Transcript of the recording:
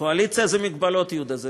קואליציה זה מגבלות, יהודה.